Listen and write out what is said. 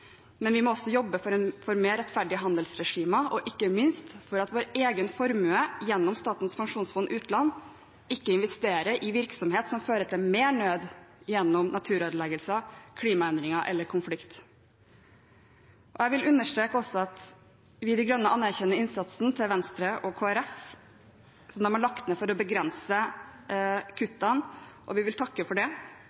men vi må også jobbe for mer rettferdige handelsregimer og ikke minst for at vår egen formue, gjennom Statens pensjonsfond utland, ikke investeres i virksomhet som fører til mer nød gjennom naturødeleggelser, klimaendringer eller konflikt. Jeg vil også understreke at vi i De Grønne anerkjenner innsatsen Venstre og Kristelig Folkeparti har lagt ned for å begrense kuttene, og vi vil takke for det,